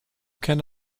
can